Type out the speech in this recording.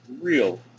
real